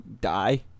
die